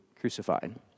crucified